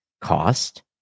Cost